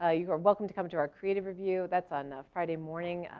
ah you are welcome to come to our creative review, that's on friday morning.